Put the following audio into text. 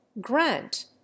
Grant